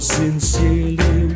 sincerely